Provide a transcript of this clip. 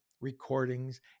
recordings